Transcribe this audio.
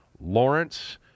Lawrence